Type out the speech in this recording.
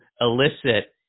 elicit